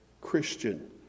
Christian